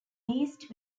beast